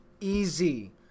easy